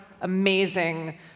amazing